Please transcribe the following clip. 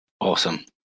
awesome